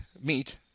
meet